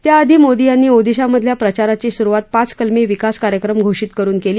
त्याआधी मोदी यांनी ओदिशामधल्या प्रचाराची सुरुवात पाच कलमी विकास कार्यक्रम घोषित करुन केली